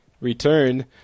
return